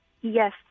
yes